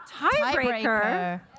Tiebreaker